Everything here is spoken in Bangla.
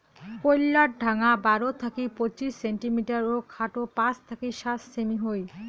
কইল্লার ঢাঙা বারো থাকি পঁচিশ সেন্টিমিটার ও খাটো পাঁচ থাকি সাত সেমি হই